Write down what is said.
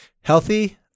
Healthy